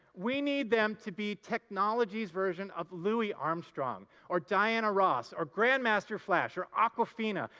we need them to be technology's version of louie armstrong or diana ross or grandmas ter flash or aqua fen ah